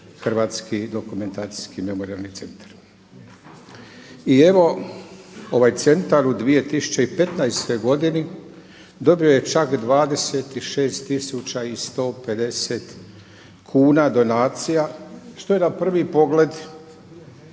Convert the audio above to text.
Hrvatski dokumentaciji memorijalni centar. I evo ovaj centar u 2015. godini dobio je čak 26 150 kuna donacija što je na prvi pogled